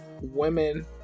women